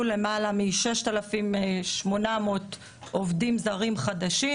למעלה מ-6,800 עובדים זרים חדשים,